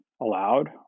allowed